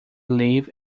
leave